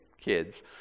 Kids